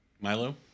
Milo